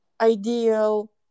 ideal